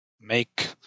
make